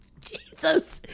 Jesus